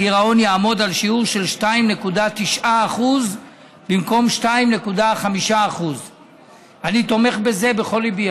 הגירעון יעמוד על שיעור של 2.9% במקום 2.5%. אני תומך בזה בכל ליבי.